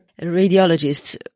radiologists